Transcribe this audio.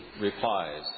replies